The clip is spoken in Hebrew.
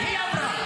היא אמרה.